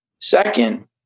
Second